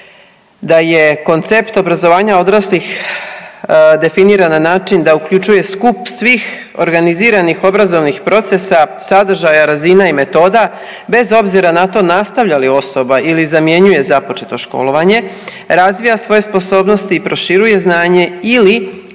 da je koncept obrazovanja odraslih definiran na način da uključuje skup svih organiziranih obrazovnih procesa, sadržaja, razina i metoda bez obzira na to nastavlja li osoba ili zamjenjuje započeto školovanje, razvija svoje sposobnosti i proširuje znanje ili